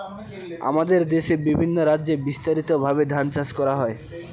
আমাদের দেশে বিভিন্ন রাজ্যে বিস্তারিতভাবে ধান চাষ করা হয়